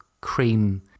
cream